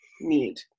need